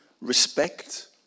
respect